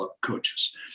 coaches